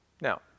Now